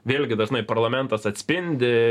vėlgi dažnai parlamentas atspindi